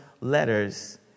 letters